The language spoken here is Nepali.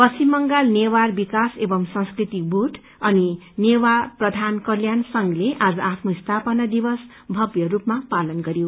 पश्चिम बंगाल नेवार विकास एंव संस्कृति बोर्ड अनि नेवा प्रधान कल्याण संघले आज आफ्नो स्थापना दिवस भव्य रूपमा पालन गर्यो